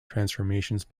transformations